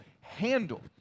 handle